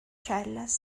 charlas